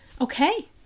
okay